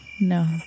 no